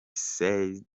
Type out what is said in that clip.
said